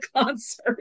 concert